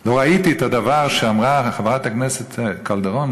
לא ראיתי את הדבר שאמרה חברת הכנסת קלדרון,